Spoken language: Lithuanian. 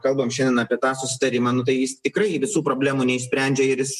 kalbam šiandien apie tą susitarimą nu tai jis tikrai visų problemų neišsprendžia ir jis